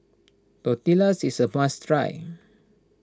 Tortillas is a must try